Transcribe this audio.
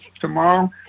tomorrow